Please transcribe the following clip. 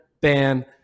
ban